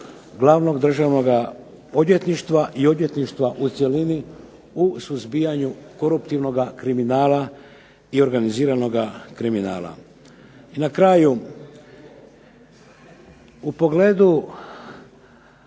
Glavnog državnoga odvjetništva i odvjetništva u cjelini u suzbijanju koruptivnoga kriminala i organiziranoga kriminala. I na kraju, u pogledu